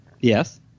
Yes